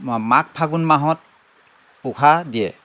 মা মাঘ ফাগুন মাহত পোখা দিয়ে